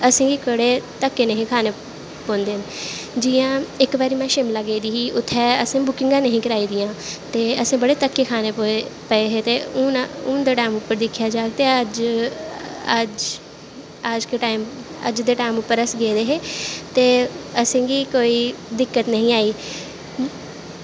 असेंगी एह्कड़े धक्के नेंईं हे खानें पौंदे जियां इक बारी में शिमला गेदी ही उत्थें असैं बुकिंगां नेंई हियां कराई दियां ते असैं बड़े धक्के खानें पे ते हून दे टैम पर दिक्खेआ जाह्ग ते अज्ज अज्ज दे टैम उप्पर अस गेदे हे ते असेंगी कोई दिक्कत नेंई ही आई